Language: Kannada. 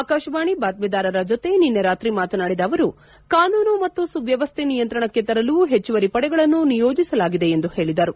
ಆಕಾಶವಾಣಿ ಬಾತ್ಲೀದಾರರ ಜೊತೆ ನಿನ್ನೆ ರಾತ್ರಿ ಮಾತನಾಡಿದ ಅವರು ಕಾನೂನು ಮತ್ತು ಸುವ್ವವಸ್ಥೆ ನಿಯಂತ್ರಣಕ್ಕೆ ತರಲು ಹೆಚ್ಚುವರಿ ಪಡೆಗಳನ್ನು ನಿಯೋಜಿಸಲಾಗಿದೆ ಎಂದು ಹೇಳಿದರು